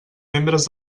membres